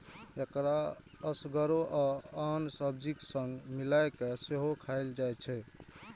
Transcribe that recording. एकरा एसगरो आ आन सब्जीक संग मिलाय कें सेहो खाएल जाइ छै